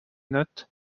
notes